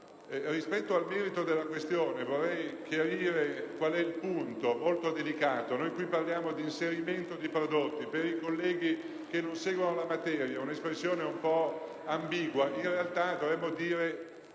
Rispetto al merito della questione, poi, vorrei chiarire qual è il punto, molto delicato. Parliamo di inserimento di prodotti. Per i colleghi che non seguono la materia è un'espressione un po' ambigua. In realtà, dovremmo dire